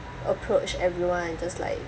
approach everyone and just like